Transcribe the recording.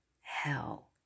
hell